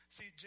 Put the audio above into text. See